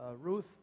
Ruth